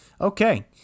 Okay